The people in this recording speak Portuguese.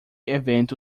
evento